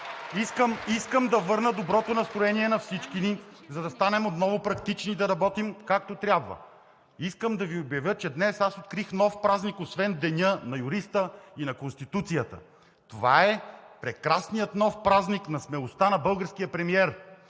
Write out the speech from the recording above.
Искам да върна доброто настроение на всички Ви, за да станем отново практични и да работим, както трябва. Искам да Ви обявя, че днес аз открих нов празник – освен Деня на юриста и на Конституцията. Това е прекрасният нов празник на смелостта на българския премиер.